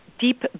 deep